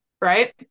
right